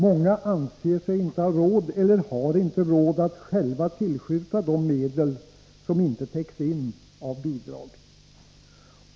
Många av dem anser sig inte ha råd, eller har inte råd, att själva tillskjuta de medel som inte täcks in av bidrag.